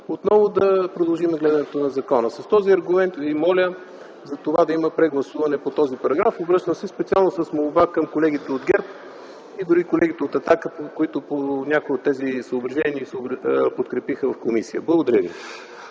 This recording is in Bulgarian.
отново да продължим с гледането на закона. С този аргумент ви моля да има прегласуване по този параграф. Обръщам се специално с молба към колегите от ГЕРБ и дори от колегите от „Атака”, които по някои от тези съображения ни подкрепиха в комисията. Благодаря Ви.